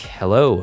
hello